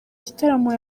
gitaramo